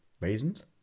Raisins